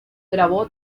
grabó